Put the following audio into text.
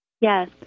Yes